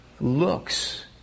looks